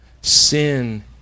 Sin